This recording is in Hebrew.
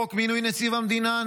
חוק מינוי נציב המדינה,